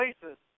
places